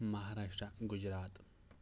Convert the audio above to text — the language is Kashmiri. مہاراشٹرا گُجرات